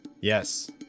Yes